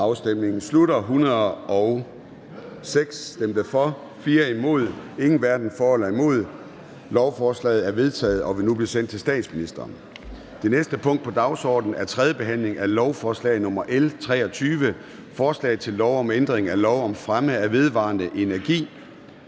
(ved en fejl)), imod stemte 4 (EL), hverken for eller imod stemte 0. Lovforslaget er vedtaget og vil nu blive sendt til statsministeren. --- Det næste punkt på dagsordenen er: 4) 3. behandling af lovforslag nr. L 23: Forslag til lov om ændring af lov om fremme af vedvarende energi.